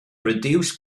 reduce